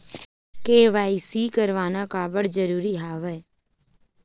KYC करवाना काबर जरूरी हवय?